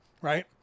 Right